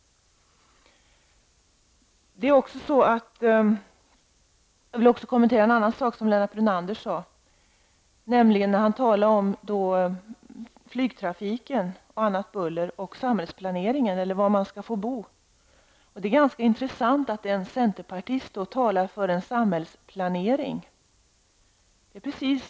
Jag vill göra en ytterligare kommentar till det som Lennart Brunander sade. Han talade om flygtrafiken, annat buller och samhällsplaneringen eller var man kan bo. Det är ganska intressant att höra en centerpartist tala för en samhällsplanering.